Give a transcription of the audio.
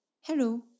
Hello